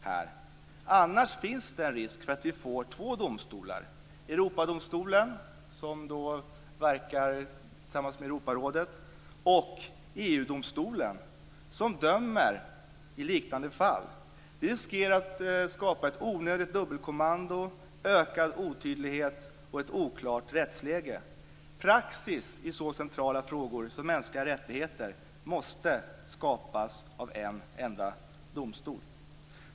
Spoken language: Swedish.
Det finns annars en risk för att vi får två domstolar, Europadomstolen, som verkar tillsammans med Europarådet, och EG-domstolen, som dömer i liknande fall. Vi riskerar att skapa ett onödigt dubbelkommando, en ökad otydlighet och ett oklart rättsläge. Praxis i så centrala frågor som mänskliga rättigheter måste skapas av en enda domstol.